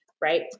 right